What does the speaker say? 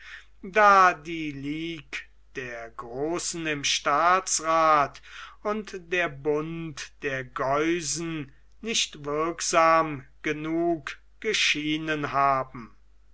da die ligue der großen im staatsrath und der bund der geusen nicht wirksam genug geschienen haben